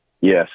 Yes